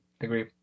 agree